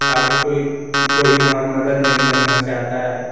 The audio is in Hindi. आगे कोई कोई वहाँ मदद नहीं करना चाहता है